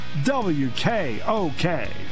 WKOK